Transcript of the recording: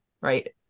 Right